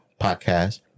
podcast